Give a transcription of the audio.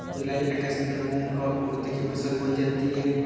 जूलाई अगस्त में मूंग और उर्द की फसल बोई जाती है